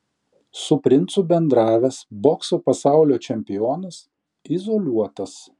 su princu bendravęs bokso pasaulio čempionas izoliuotas